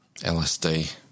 LSD